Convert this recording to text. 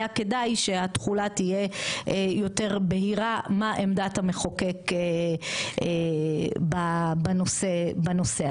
היה כדאי שהתחולה תהיה יותר בהירה מה עמדת המחוקק בנושא הזה.